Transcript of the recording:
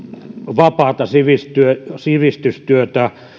vapaata sivistystyötä sivistystyötä